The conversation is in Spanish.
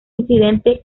incidente